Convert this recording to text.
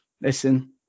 listen